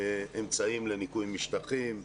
יהיו אמצעים לניקוי משטחים,